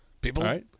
people